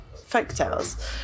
folktales